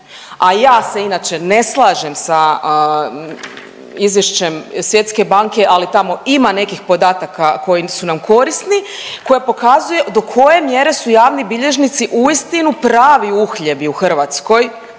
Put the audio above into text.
a ja se inače ne slažem sa izvješćem Svjetske banke, ali tamo ima nekih podataka koji su nam korisni, koja pokazuje do koje mjere su javni bilježnici uistinu pravi uhljebi u Hrvatskoj.